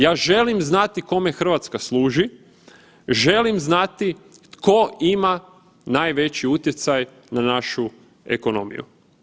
Ja želim znati kome Hrvatska služi, želim znati tko ima najveći utjecaj na našu ekonomiju.